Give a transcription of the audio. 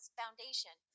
foundation